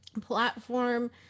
platform